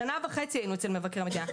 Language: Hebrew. שנה וחצי היינו אצל מבקר המדינה,